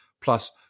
plus